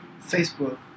Facebook